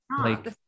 like-